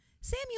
Samuel